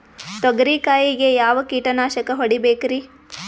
ತೊಗರಿ ಕಾಯಿಗೆ ಯಾವ ಕೀಟನಾಶಕ ಹೊಡಿಬೇಕರಿ?